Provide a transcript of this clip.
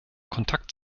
kontakt